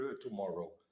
tomorrow